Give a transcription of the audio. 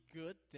good